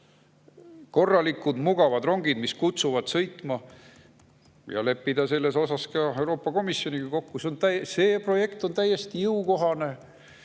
korralikud mugavad rongid, mis kutsuvad sõitma, ja leppida selles osas ka Euroopa Komisjoniga kokku, siis on see projekt täiesti jõukohane.